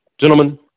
Gentlemen